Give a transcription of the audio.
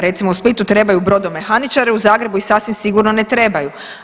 Recimo u Splitu trebaju brodomehaničare, u Zagrebu ih sasvim sigurno ne trebaju.